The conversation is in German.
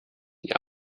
die